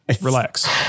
Relax